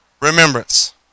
remembrance